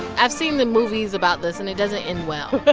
i've seen the movies about this, and it doesn't end well but